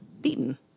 beaten